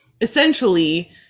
essentially